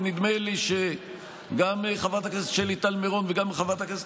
ונדמה לי שגם חברת הכנסת שלי טל מרום וגם חברת הכנסת